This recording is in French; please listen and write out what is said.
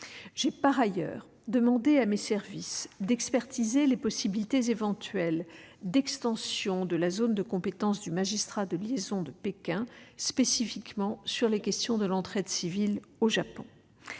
J'ai par ailleurs demandé à mes services d'expertiser les possibilités d'extension de la zone de compétence du magistrat de liaison de Pékin, spécifiquement pour ce qui concerne l'entrée de civils au Japon.